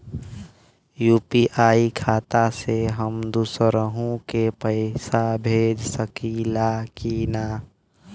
UPI खाता से हम दुसरहु के पैसा भेज सकीला की ना?